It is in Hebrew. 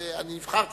נבחר ציבור,